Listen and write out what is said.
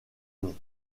année